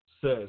says